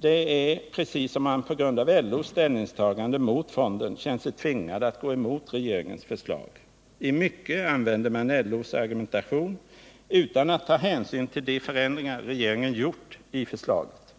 Det är precis som om man på grund av LO:s ställningstagande mot fonden känt sig tvingad att gå emot regeringens förslag. I mycket använder man LO:s argumentation — utan att ta hänsyn till de förändringar regeringen gjort i förslaget.